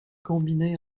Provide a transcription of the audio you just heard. combinés